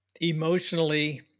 Emotionally